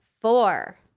four